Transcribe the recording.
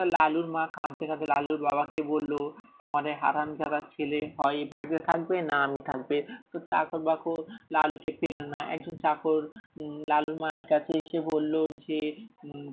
তা লালুর মা কাঁদে কাঁদে লালুর বাবাকে বলল তোমার এই হারামজাদা ছেলে হয় এ বাড়িতে থাকবে না আমি থাকবে তো চাকর বাকর লালুকে পেরো না একজন চাকর লালুর মায়ের কাছে এসে বললো যে